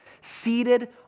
seated